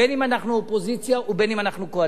בין שאנחנו אופוזיציה ובין שאנחנו קואליציה.